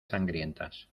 sangrientas